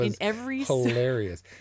hilarious